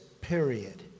period